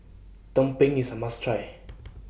Tumpeng IS A must Try